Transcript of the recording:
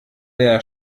der